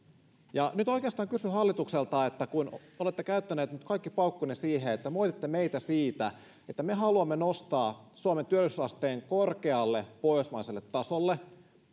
nyt oikeastaan kysyn hallitukselta kun olette käyttäneet nyt kaikki paukkunne siihen että moititte meitä siitä että me haluamme nostaa suomen työllisyysasteen korkealle pohjoismaiselle tasolle